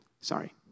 Sorry